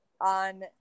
on